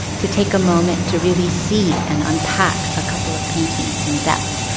to take a moment to really see and unpack a couple of paintings in depth,